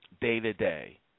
day-to-day